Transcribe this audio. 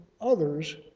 others